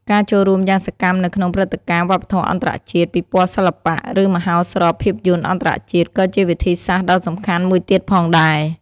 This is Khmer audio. ការចូលរួមយ៉ាងសកម្មនៅក្នុងព្រឹត្តិការណ៍វប្បធម៌អន្តរជាតិ ពិព័រណ៍សិល្បៈ ឬមហោស្រពភាពយន្តអន្តរជាតិក៏ជាវិធីសាស្ត្រដ៏សំខាន់មួយទៀតផងដែរ។